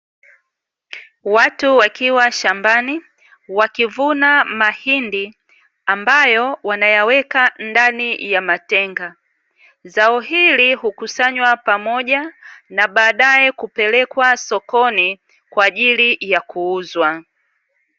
Watu wakiwa shambani, wakivuna mahindi ambayo wanayaweka ndani ya matenga. Zao hili hukusanywa pamoja na baadaye kupelekwa sokoni kwa ajili ya kuuzwa.